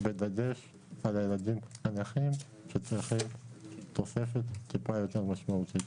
בדגש על הילדים הנכים שצריכים תוספת טיפה יותר משמעותית.